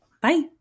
Bye